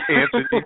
Anthony